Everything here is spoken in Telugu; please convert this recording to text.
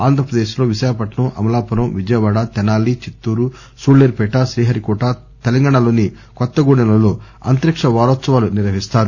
ఆంధ్రప్రదేశ్లో విశాఖపట్సం అమలాపురం విజయవాడ తెనాలి చిత్తూరు సూళ్ళూరిపేట శ్రీహరికోట తెలంగాణాలోని కొత్తగూడెంలలో అంతరిక్ష వారోత్సవాలు నిర్వహిస్తారు